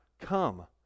come